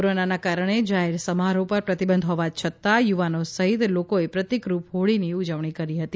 કોરોનાના કારણે જાહેર સમારોફ પર પ્રતિબંધ હોવા છતાં યુવાનો સહિત લોકોએ પ્રતિકરૂપ હોળીની ઉજવણી કરી હતી